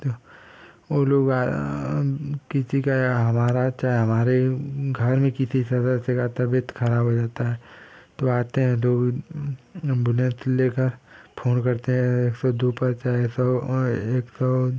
तो वो लोग किसी का या हमारा चाहे हमारे घर में किसी सदस्य का तबियत खराब हो जाता है तो आते हैं लोग एम्बुलेंस लेकर फोन करते हैं एक सौ दो पर चाहे सौ एक सौ